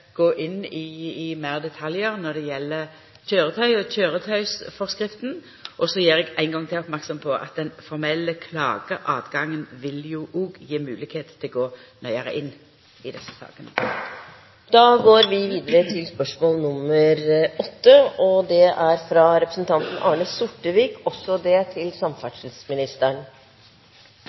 gå inn i fleire detaljar når det galdt køyretøy og køyretøyforskrifta, og eg gjer ein gong til merksam på at den formelle klageretten òg vil gje moglegheit til å gå nøyare inn i desse sakene. «Transportetatenes planforslag til ny Nasjonal transportplan for 2014–2023 setter på nytt fokus på det omfattende behovet for modernisering og